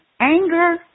anger